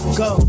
go